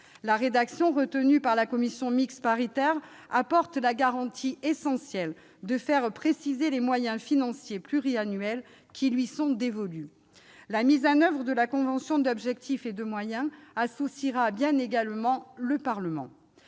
La rédaction retenue par la commission mixte paritaire apporte la garantie essentielle de faire préciser les moyens financiers pluriannuels qui sont dévolus à l'Agence. La mise en oeuvre de la convention d'objectifs et de moyens associera bien aussi le Parlement.